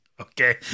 Okay